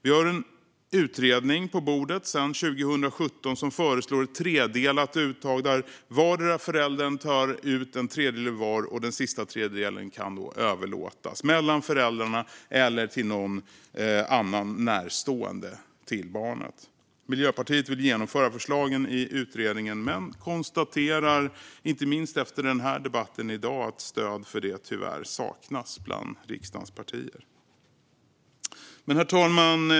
Vi har en utredning på bordet sedan 2017 som föreslår ett tredelat uttag där vardera föräldern tar ut en tredjedel och den sista tredjedelen kan överlåtas, mellan föräldrarna eller till någon annan närstående till barnet. Miljöpartiet vill genomföra förslagen i utredningen men konstaterar, inte minst efter dagens debatt, att stöd för det tyvärr saknas bland riksdagens partier. Herr talman!